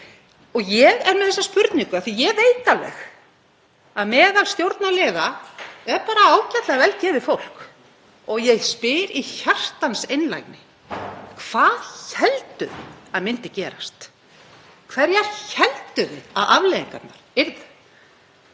Ég er með þessa spurningu af því að ég veit alveg að meðal stjórnarliða er bara ágætlega vel gefið fólk og ég spyr í hjartans einlægni: Hvað hélduð þið að myndi gerast, hverjar hélduð þið að afleiðingarnar yrðu?